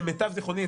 למיטב זכרוני,